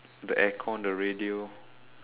the aircon the radio